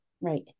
Right